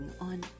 on